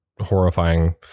horrifying